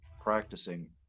practicing